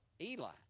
Eli